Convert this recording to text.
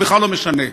זה בכלל לא משנה,